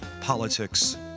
politics